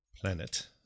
planet